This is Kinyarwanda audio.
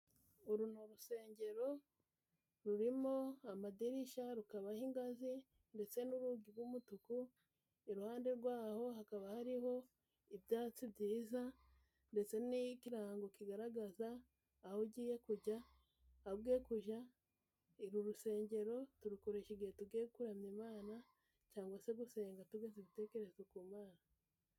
Uru ni urusengero rurimo amadirishya rukaba ingazi ndetse n'urugi, rw'umutuku iruhande rwaho hakaba hariho ibyatsi byiza, ndetse n'iyigirango kigaragaza aho ugiye kujya uru rusengero turukora kige tugiye kuramya, Imana cyangwa se gusenga tujye dutekereze ku Imana.